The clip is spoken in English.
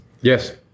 Yes